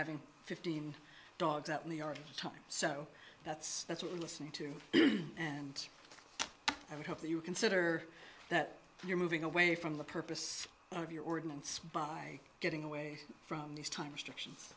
having fifteen dogs out in the yard time so that's that's what we're listening to and i would hope that you consider that you're moving away from the purpose of your ordinance by getting away from these times